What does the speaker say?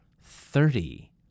Thirty